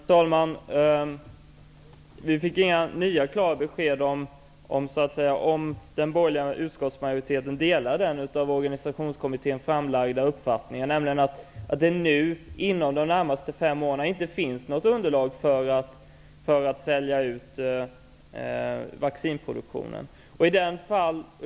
Herr talman! Vi fick inga nya klara besked om den borgerliga utskottsmajoriteten delar den av Organisationskommittén framlagda uppfattningen, nämligen att det inom de närmaste fem åren inte finns något underlag för att sälja ut vaccinproduktionen.